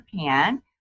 Japan